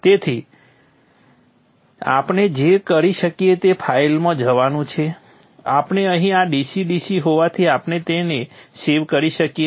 તેથી આપણે જે કરી શકીએ તે ફાઇલમાં જવાનું છે આપણે અહીં આ DC DC હોવાથી આપણે તેને સેવ કરી શકીએ છીએ